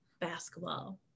basketball